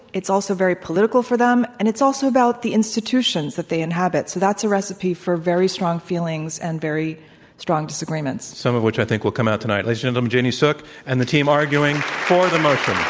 it's also very political for them. and it's also about the institutions that they inhabit, so that's a recipe for very strong feelings and very strong disagreements. some of which i think will come out tonight. ladies and gentlemen, um jeannie suk, and the team arguing for the motion.